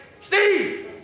Steve